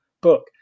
book